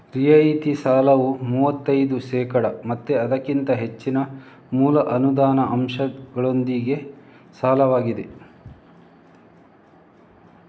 ರಿಯಾಯಿತಿ ಸಾಲವು ಮೂವತ್ತೈದು ಶೇಕಡಾ ಮತ್ತೆ ಅದಕ್ಕಿಂತ ಹೆಚ್ಚಿನ ಮೂಲ ಅನುದಾನ ಅಂಶದೊಂದಿಗಿನ ಸಾಲವಾಗಿದೆ